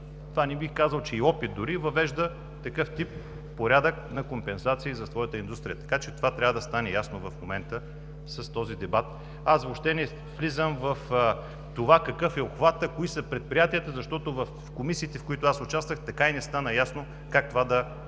която, не бих казал, че това е и опит дори, въвежда такъв тип порядък на компенсации за своята индустрия. Така че това трябва да стане ясно с този дебат в момента. Аз въобще не влизам в това какъв е обхватът, кои са предприятията, защото в комисиите, в които аз участвах, така и не стана ясно какъв е техният